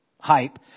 hype